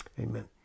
Amen